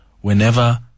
whenever